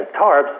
tarps